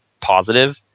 positive